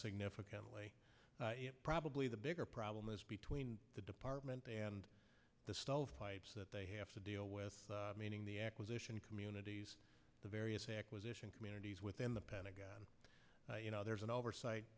significantly probably the bigger problem is between the department and the stovepipes that they have to deal with meaning the acquisition communities the various acquisition communities within the pentagon there's an oversight